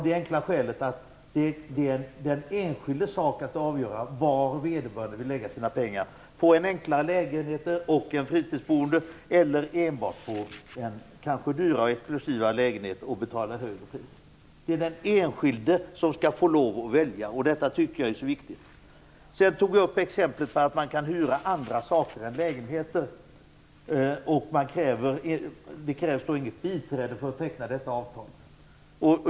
Det enkla skälet är att det är den enskildes sak att avgöra vad vederbörande vill lägga sina pengar på - en enklare lägenhet och ett fritidsboende eller enbart en kanske dyrare och exklusivare lägenhet som har ett högre pris. Det är den enskilde som skall få lov att välja. Detta tycker jag är så viktigt. Sedan tog jag upp att man kan hyra andra saker än t.ex. lägenheter och att det inte krävs något biträde för att teckna sådana avtal.